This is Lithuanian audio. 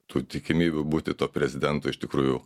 tų tikimybių būti tuo prezidentu iš tikrųjų